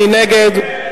מי נגד?